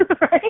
right